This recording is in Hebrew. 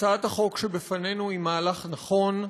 הצעת החוק שבפנינו היא מהלך נכון.